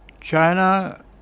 China